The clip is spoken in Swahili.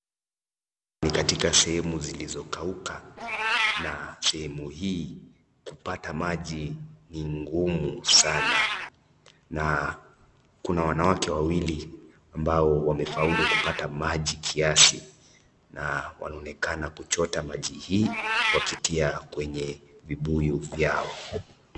Ni katika sehemu zilizo kauka na sehemu hii kupata maji ni ngumu sanaa. Na kuna wanawake wawili ambao wamefaulu kupata maji kiasi na wanaonekana kuchota maji hii wakitia kwenye vibuyu vyao.